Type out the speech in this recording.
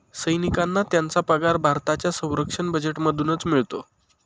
सैनिकांना त्यांचा पगार भारताच्या संरक्षण बजेटमधूनच मिळतो